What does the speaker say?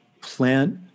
plant